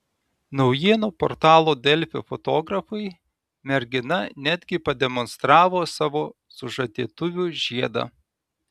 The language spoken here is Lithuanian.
naujienų portalo delfi fotografui mergina netgi pademonstravo savo sužadėtuvių žiedą